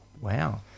Wow